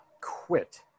quit